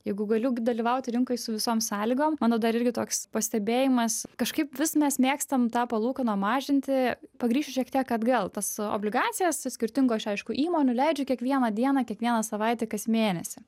jeigu galiu dalyvauti rinkoj su visom sąlygom mano dar irgi toks pastebėjimas kažkaip vis mes mėgstam tą palūkaną mažinti pagrįsčiau šiek tiek kad vėl tas obligacijas skirtingos čia aišku įmonių leidžia kiekvieną dieną kiekvieną savaitę kas mėnesį